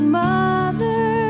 mother